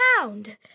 pound